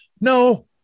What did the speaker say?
no